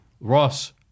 Ross